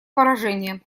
поражение